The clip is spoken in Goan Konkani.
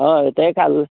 हय ते काल